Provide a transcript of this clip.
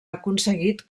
aconseguit